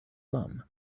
some